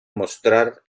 mostrar